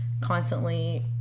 constantly